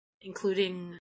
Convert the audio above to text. including